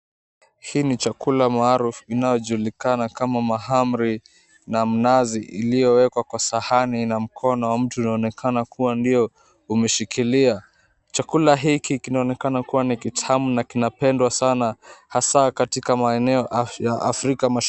Hii ni chakula maarufu inayojulikana kama mahamri na mnazi iliyowekwa kwa sahani, na mkono wa mtu unaonekana kuwa ndio umeshikilia. Chakula hiki kinaonekana kuwa ni kitamu na kinapendwa sana, hasa katika maeneo ya Afrika Mashariki.